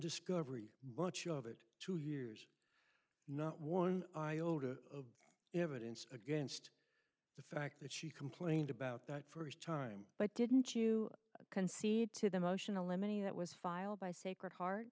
discovery bunch of it two years not one iota of evidence against the fact that she complained about that first time but didn't you concede to the motion in limine that was filed by sacred heart